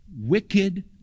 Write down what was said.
Wicked